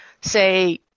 say